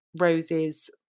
Rose's